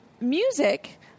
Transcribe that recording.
music